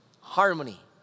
harmony